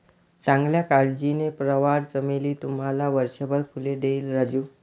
चांगल्या काळजीने, प्रवाळ चमेली तुम्हाला वर्षभर फुले देईल राजू